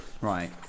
Right